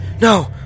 No